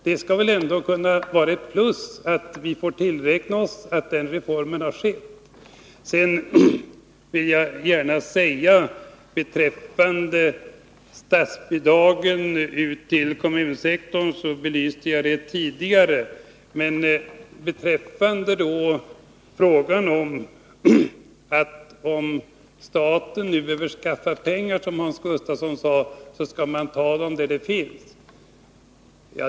Vi skall väl ändå kunna betrakta det som ett plus att den reformen har skett. Jag belyste frågan om statsbidragen till kommunsektorn tidigare, men vill gärna ta upp Hans Gustafssons uttalande att staten, om den behöver skaffa pengar, bör ta dem där de finns.